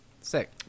sick